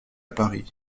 paris